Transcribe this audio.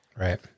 Right